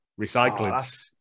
Recycling